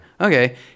okay